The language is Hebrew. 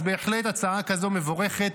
אז בהחלט הצעה כזאת מבורכת.